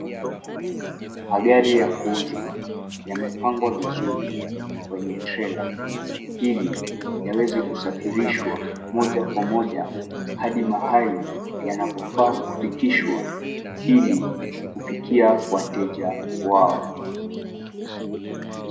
Magari ya kuuzwa yamepangwa vizuri kwenye trela ili yaweze kusafirishwa moja kwa moja hadi mahali yanapofaa kufikishwa ilikufikia wateja wao.